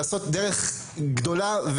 ניתנה כאן תשובה.